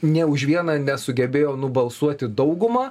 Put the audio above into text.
nė už vieną nesugebėjo nubalsuoti dauguma